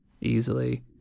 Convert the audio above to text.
easily